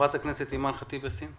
חברת הכנסת אימן חטיב יאסין.